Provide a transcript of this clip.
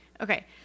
Okay